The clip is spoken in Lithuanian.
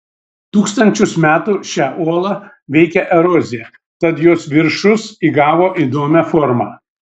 tūkstančius metų šią uolą veikė erozija tad jos viršus įgavo įdomią formą